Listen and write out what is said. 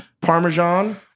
Parmesan